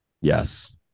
Yes